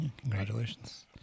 Congratulations